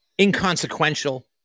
inconsequential